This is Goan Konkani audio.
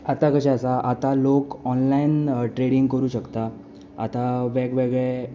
आतां कशें आसा आतां लोक ऑनलायन ट्रेडींग करूं शकता आतां वेगवेगळे